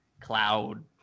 cloud